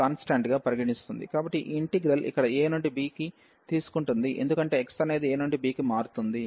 కాబట్టి ఈ ఇంటిగ్రల్ ఇక్కడ a నుండి b కి తీసుకుంటుంది ఎందుకంటే x అనేది a నుండి b కి మారుతుంది